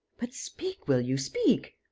but speak, will you? speak!